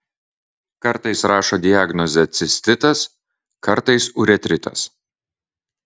kartais rašo diagnozę cistitas kartais uretritas